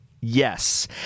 Yes